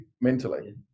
mentally